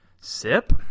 Sip